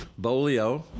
Bolio